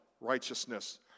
righteousness